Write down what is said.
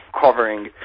covering